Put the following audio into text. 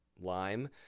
lime